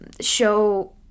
show